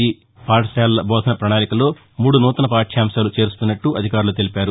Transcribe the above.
ఈ పాఠశాలల బోధన ప్రణాళికలో మూడు సూతన పాఠ్యాంశాలు చేరుస్తున్నట్టు అధికారులు తెలిపారు